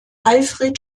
alfred